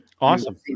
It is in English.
awesome